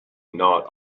not